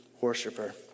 worshiper